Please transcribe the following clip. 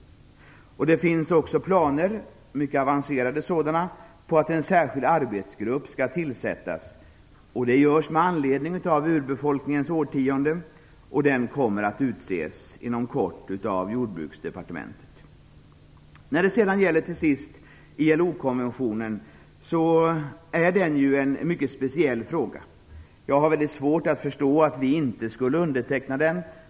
Det finns också mycket avancerade planer på att tillsätta en särskild arbetsgrupp. Det görs med anledning av urbefolkningens årtionde. Den kommer att utses inom kort av När det till sist gäller ILO-konventionen vill jag säga att det är en mycket speciell fråga; jag har väldigt svårt att förstå att vi inte skulle underteckna den.